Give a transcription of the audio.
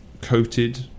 coated